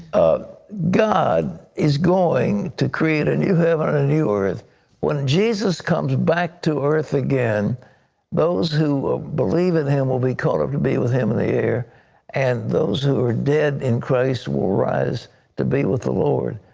god is going to create a new heaven and a new earth when jesus comes back to earth again those who believe in him will be called up to be with him in the air and those who are dead in christ will rise to be with the lord.